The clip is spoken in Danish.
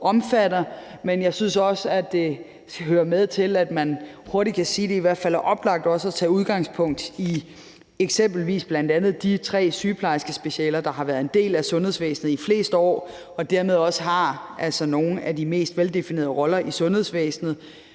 Men jeg synes også, det hører med, at man hurtigt kan sige, at det i hvert fald er oplagt også at tage udgangspunkt i eksempelvis de tre sygeplejerskespecialer, der har været en del af sundhedsvæsenet i flest år og dermed også har nogle af de mest veldefinerede roller i sundhedsvæsenet,